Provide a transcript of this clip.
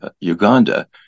Uganda